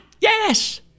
Yes